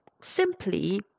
simply